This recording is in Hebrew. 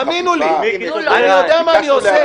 האמינו לי, אני יודע מה אני עושה.